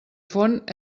font